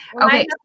Okay